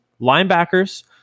Linebackers